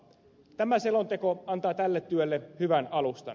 tämä selonteko antaa tälle työlle hyvän alustan